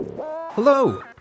Hello